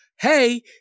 hey